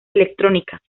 electrónicas